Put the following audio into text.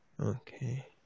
Okay